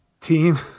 team